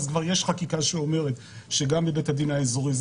אז כבר יש חקיקה שאומרת שגם בבית הדין האיזורי זה